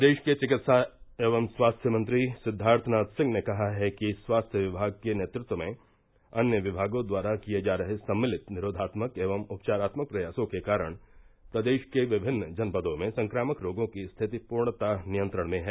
प्रदेश के चिकित्सा एवं स्वास्थ्य मंत्री सिद्वार्थनाथ सिंह ने कहा है कि स्वास्थ्य विभाग के नेतृत्व में अन्य विभागों द्वारा किये जा रहे सम्मिलित निरोधात्मक एवं उपचारात्मक प्रयासों के कारण प्रदेश के विभिन्न जनपदों में संक्रामक रोगों की स्थिति पूर्णता नियंत्रण में हैं